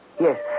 Yes